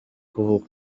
kuvuka